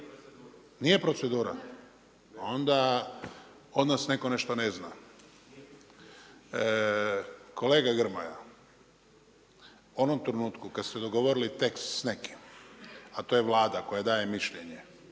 Nije procedura? Onda od nas neko nešto ne zna. Kolega Grmoja, u onom trenutku kad ste dogovorili tekst s nekim, a to je Vlada koja daje mišljenje